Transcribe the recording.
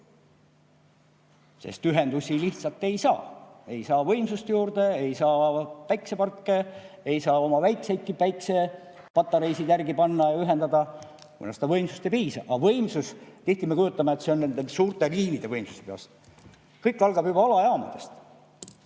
Ühendusi lihtsalt ei saa, ei saa võimsust juurde, ei saa päikeseparke, ei saa oma väikseidki päikesepatareisid järgi panna ja ühendada. Võimsust ei piisa. Aga võimsus – tihti me kujutame ette, et see on nende suurte liinide võimsus. Ent kõik algab juba alajaamadest.